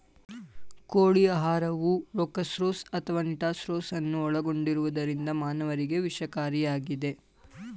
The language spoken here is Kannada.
ಕೋಳಿ ಆಹಾರವು ರೊಕ್ಸಾರ್ಸೋನ್ ಅಥವಾ ನಿಟಾರ್ಸೋನ್ ಅನ್ನು ಒಳಗೊಂಡಿರುವುದರಿಂದ ಮಾನವರಿಗೆ ವಿಷಕಾರಿಯಾಗಿದೆ